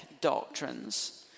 doctrines